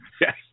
Yes